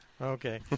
Okay